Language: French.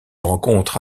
rencontre